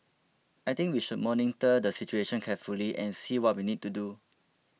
I think we should monitor the situation carefully and see what we need to do